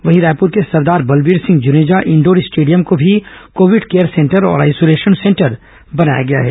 वहीं रायपुर के Sardar Balbir Singh Juneja indoor stadium को भी कोविड केयर सेंटर और आइसोलेशन सेंटर बनाया गया है